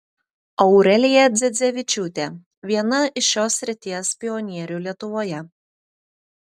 aurelija dzedzevičiūtė viena iš šios srities pionierių lietuvoje